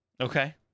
Okay